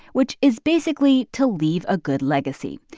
which is basically to leave a good legacy.